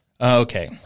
Okay